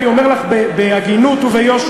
אני אומר לך בהגינות וביושר,